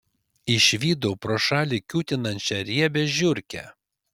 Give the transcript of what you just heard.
išvydau pro šalį kiūtinančią riebią žiurkę